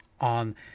on